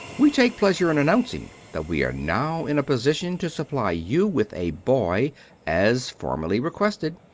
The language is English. we take pleasure in announcing that we are now in a position to supply you with a boy as formerly requested.